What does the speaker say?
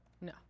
No